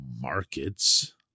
markets